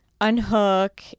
unhook